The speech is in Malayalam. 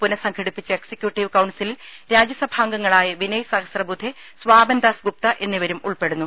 പുനഃസംഘടിപ്പിച്ച എക ്സിക്യൂട്ടീവ് കൌൺസിലിൽ രാജ്യസഭാംഗങ്ങളായ വിനയ് സഹസ്ര ബുധെ സ്വാപൻദാസ് ഗുപ്ത എന്നിവരും ഉൾപ്പെടുന്നു